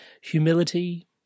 humility